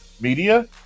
media